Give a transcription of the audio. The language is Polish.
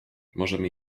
możemy